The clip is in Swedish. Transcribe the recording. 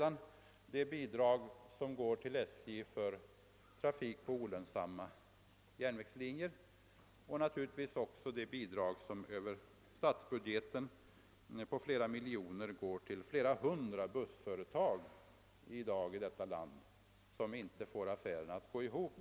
Alla känner också till det bidrag på något tiotal miljoner kronor som via statsbudgeten utbetalas till flera hundra bussföretag som inte får affärerna att gå ihop.